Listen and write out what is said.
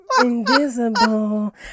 Invisible